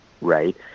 right